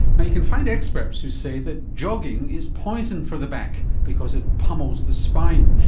and you can find experts who say that jogging is poison for the back because it pummels the spine.